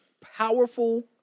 powerful